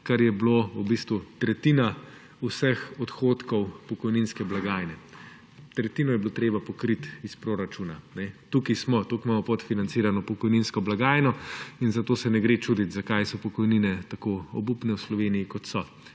kar je bilo v bistvu tretjina vseh odhodkov pokojninske blagajne. Tretjino je bilo treba pokriti iz proračuna. Tukaj smo, toliko imamo podfinancirano pokojninsko blagajno in zato se ne gre čuditi, zakaj so pokojnine tako obupne v Sloveniji, kot so,